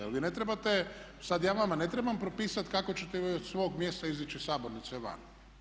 Jer vi ne trebate, sada ja vama ne trebam propisati kako ćete vi od svog mjesta izići iz sabornice van.